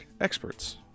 experts